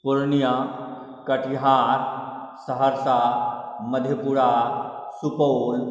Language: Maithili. पुर्णियाँ कटिहार सहरसा मधेपुरा सुपौल